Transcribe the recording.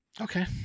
Okay